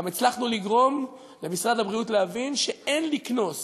גם הצלחנו לגרום למשרד הבריאות להבין שאין לקנוס